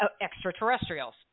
extraterrestrials